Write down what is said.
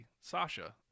Sasha